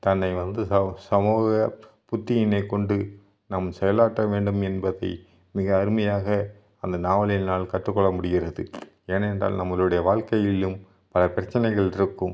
தன்னை வந்து ச சமூக புத்தியினை கொண்டு நாம் செயலாற்ற வேண்டும் என்பதை மிக அருமையாக அந்த நாவலில் என்னால் கற்றுக்கொள்ள முடிகிறது ஏனென்றால் நம்மளுடைய வாழ்க்கையிலும் பல பிரச்சனைகள் இருக்கும்